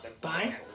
bye